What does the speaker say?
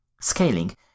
Scaling